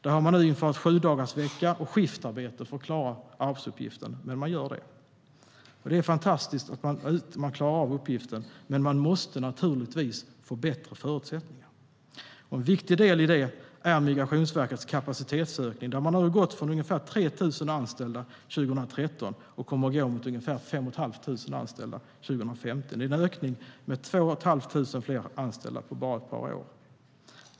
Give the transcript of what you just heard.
Där har man nu infört sjudagarsvecka och skiftarbete för att klara arbetsuppgiften, och man gör det. Det är fantastiskt att man klarar uppgiften, men man måste naturligtvis få bättre förutsättningar. En viktig del i det är Migrationsverkets kapacitetsökning där man går från ungefär 3 000 anställda 2013 till 5 500 anställda 2015. Det är en ökning med 2 500 anställda på bara ett par år.